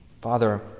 Father